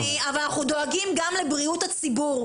סליחה אדוני אבל אנחנו דואגים גם לבריאות הציבור.